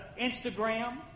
Instagram